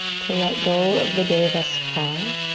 to let go of the day thus far